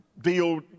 deal